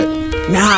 Nah